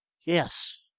Yes